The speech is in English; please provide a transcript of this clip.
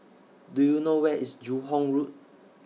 Do YOU know Where IS Joo Hong Road